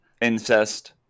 incest